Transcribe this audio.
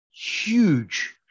huge